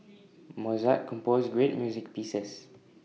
Mozart composed great music pieces